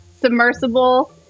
submersible